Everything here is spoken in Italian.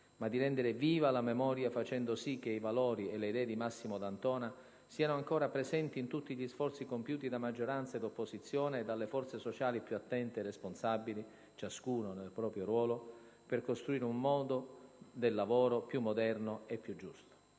ma di rendere viva la memoria facendo sì che i valori e le idee di Massimo d'Antona siano ancora presenti in tutti gli sforzi compiuti da maggioranza ed opposizione e dalle forze sociali più attente e responsabili - ciascuno nel proprio ruolo - per costruire un mondo del lavoro più moderno e più giusto.